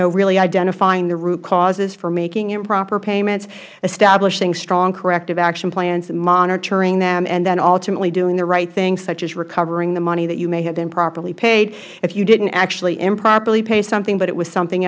really identifying the root causes for making improper payments establishing strong corrective action plans monitoring them and then ultimately doing the right thing such as recovering the money that you may have improperly paid if you didn't actually improperly pay something but it was something